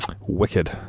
Wicked